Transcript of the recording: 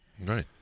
Right